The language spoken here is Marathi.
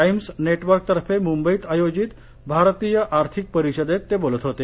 टाइम्स नेटवर्कतर्फे मुंबईत आयोजित भारतीय आर्थिक परिषदेत ते बोलत होते